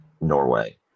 norway